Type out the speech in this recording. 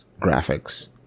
graphics